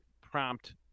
prompt